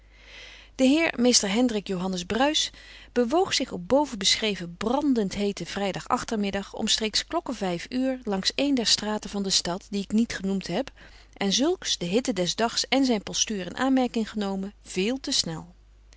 de heer mr hendrik johannes bruis bewoog zich op bovenbeschreven brandendheeten vrijdagachtermiddag omstreeks klokke vijf uren langs een der straten van de stad die ik niet genoemd heb en zulks de hitte des dags en zijn postuur in aanmerking genomen veel te snel